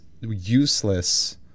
useless